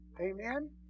Amen